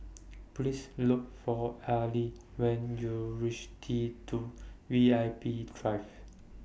Please Look For Ali when YOU REACH T two V I P Drive